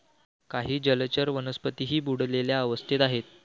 काही जलचर वनस्पतीही बुडलेल्या अवस्थेत आहेत